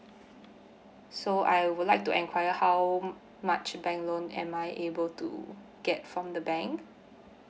so I would like to enquire how much bank loan am I able to get from the bank